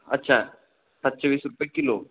अच्छा सातशे वीस रुपये किलो